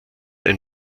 ein